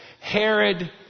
herod